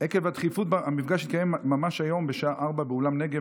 עקב הדחיפות המפגש יתקיים ממש היום בשעה 16:00 באולם נגב.